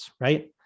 right